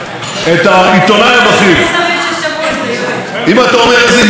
את העיתונאי הבכיר: אם אתה אומר איזה יופי זה,